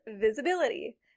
visibility